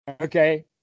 Okay